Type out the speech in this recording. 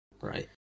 Right